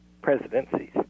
presidencies